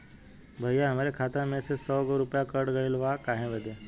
भईया हमरे खाता मे से सौ गो रूपया कट गइल बा काहे बदे?